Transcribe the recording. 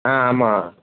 ஆ ஆமாம்